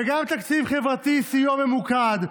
וגם תקציב חברתי: סיוע ממוקד,